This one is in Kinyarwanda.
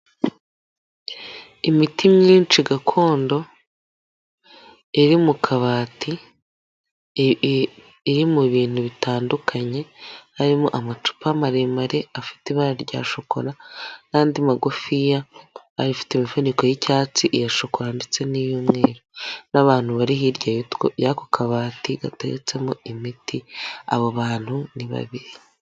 Imiti myinshi gakondo iri mu kabati iri mu bintu bitandukanye harimo amacupa maremare afite ibara rya shokora n'andi magufiya afite imifuniko y'icyatsi, iya shokora ndetse n'iy'umweru n'abantu bari hirya y'ako kabati gateretsemo imiti abo bantu ni babiri.